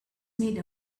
made